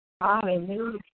Hallelujah